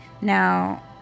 Now